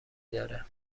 داره